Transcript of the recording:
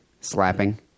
slapping